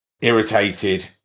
irritated